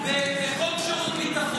בחוק שירות ביטחון.